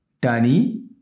Danny